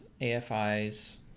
AFI's